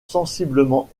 sensiblement